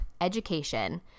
education